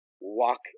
walk